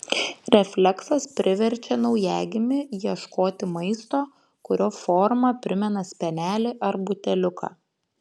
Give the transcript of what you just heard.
refleksas priverčia naujagimį ieškoti maisto kurio forma primena spenelį ar buteliuką